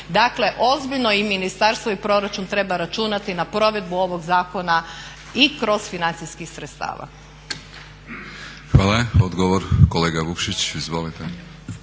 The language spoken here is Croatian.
Dakle, ozbiljno i ministarstvo i proračun treba računati na provedbu ovog zakona i kroz financijskih sredstava.